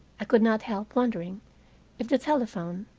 i could not help wondering if the telephone,